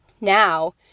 Now